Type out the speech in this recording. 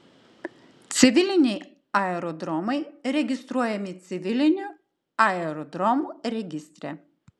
civiliniai aerodromai registruojami civilinių aerodromų registre